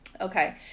Okay